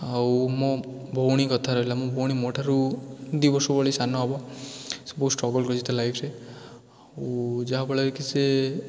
ଆଉ ମୋ ଭଉଣୀ କଥା ରହିଲା ମୋ ଭଉଣୀ ମୋ ଠାରୁ ଦୁଇ ବର୍ଷ ଭଳି ସାନ ହବ ସେ ବହୁତ ଷ୍ଟ୍ରଗଲ୍ କରିଛି ତା' ଲାଇଫ୍ରେ ଆଉ ଯାହାଫଳରେକି ସେ